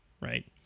right